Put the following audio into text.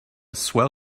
swell